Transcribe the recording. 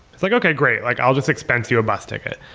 it's like, okay, great. like i'll just expense you a bus ticket.